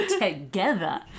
together